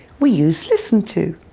we use listen to.